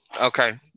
Okay